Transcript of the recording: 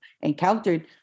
encountered